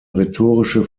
rhetorische